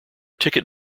ticket